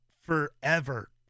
forever